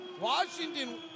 Washington